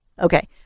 Okay